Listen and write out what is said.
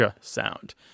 sound